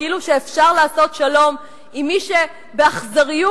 כאילו אפשר לעשות שלום עם מי שבאכזריות,